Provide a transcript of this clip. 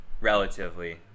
relatively